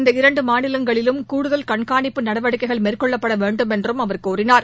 இந்த இரண்டு மாநிலங்களிலும் கூடுதல் கண்காணிப்பு நடவடிக்கைகள் மேற்கொள்ள வேண்டும் என்றும் அவர் கூறினார்